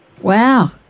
Wow